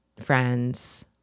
friends